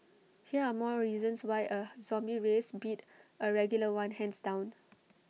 here are more reasons why A zombie race beat A regular one hands down